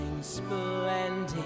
splendid